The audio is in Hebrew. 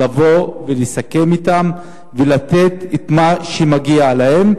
לבוא ולסכם אתם ולתת את מה שמגיע להם.